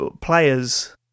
players